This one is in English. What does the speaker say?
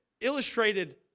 illustrated